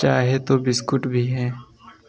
चाहे तो बिस्कुट भी हैं